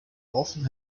often